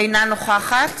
אינה נוכחת